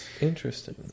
Interesting